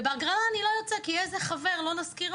ובהגרלה אני לא יוצא כי חבר אחר לא נרשם.